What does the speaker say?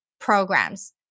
programs